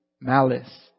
malice